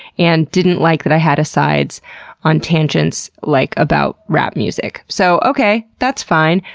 and didn't like that i had asides on tangents, like, about rap music. so okay, that's fine,